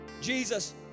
Jesus